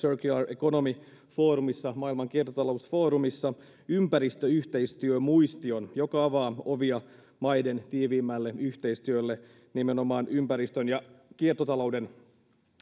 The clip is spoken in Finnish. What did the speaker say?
economy forumissa maailman kiertotalousfoorumissa ympäristöyhteistyömuistion joka avaa ovia maiden tiiviimmälle yhteistyölle nimenomaan ympäristön ja kiertotalouden